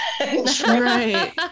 Right